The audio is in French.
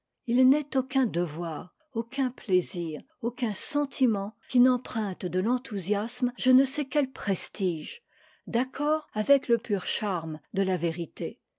partie n'est aucun devoir aucun plaisir aucun sentiment qui n'emprunte de l'enthousiasme je ne sais quel prestige d'accord avec le pur charme de la vérité